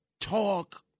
talk